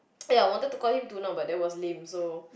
ya I wanted to call him to now but that was lame so